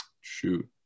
Shoot